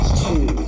two